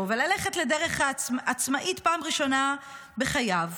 וללכת לדרך עצמאית פעם ראשונה בחייו,